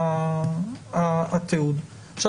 עכשיו,